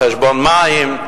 חשבון מים,